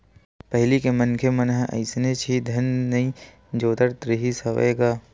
पहिली के मनखे मन ह अइसने ही धन नइ जोरत रिहिस हवय गा